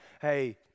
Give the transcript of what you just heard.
hey